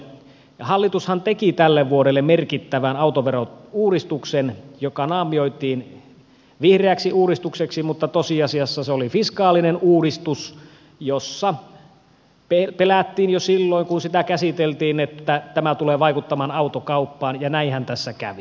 hallitushan teki tälle vuodelle merkittävän autoverouudistuksen joka naamioitiin vihreäksi uudistukseksi mutta tosiasiassa se oli fiskaalinen uudistus josta pelättiin jo silloin kun sitä käsiteltiin että tämä tulee vaikuttamaan autokauppaan ja näinhän tässä kävi